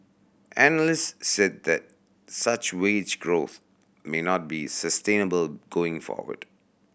analysts said that such wage growth may not be sustainable going forward